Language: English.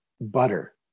butter